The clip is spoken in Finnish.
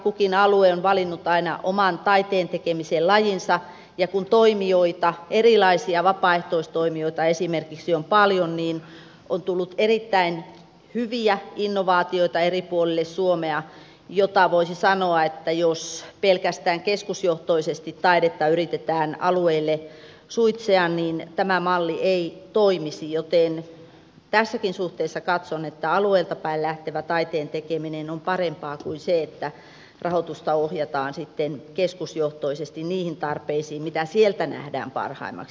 kukin alue on valinnut aina oman taiteen tekemisen lajinsa ja kun toimijoita erilaisia vapaaehtoistoimijoita esimerkiksi on paljon niin on tullut erittäin hyviä innovaatioita eri puolille suomea mistä voisi sanoa että jos pelkästään keskusjohtoisesti taidetta yritetään alueille suitsea niin tämä malli ei toimisi joten tässäkin suhteessa katson että alueilta päin lähtevä taiteen tekeminen on parempaa kuin se että rahoitusta ohjataan sitten keskusjohtoisesti niihin tarpeisiin mitä sieltä nähdään parhaimmaksi